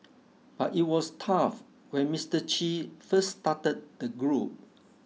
but it was tough when Mister Che first started the group